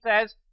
says